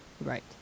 Right